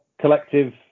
collective